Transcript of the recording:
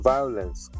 Violence